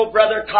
Brother